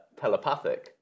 telepathic